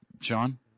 Sean